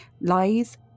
lies